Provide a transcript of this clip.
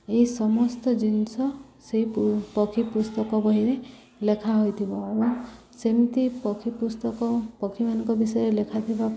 ଏହି ସମସ୍ତ ଜିନିଷ ସେଇ ପକ୍ଷୀ ପୁସ୍ତକ ବହିରେ ଲେଖା ହୋଇଥିବ ଏବଂ ସେମିତି ପକ୍ଷୀ ପୁସ୍ତକ ପକ୍ଷୀମାନଙ୍କ ବିଷୟରେ ଲେଖାଥିବା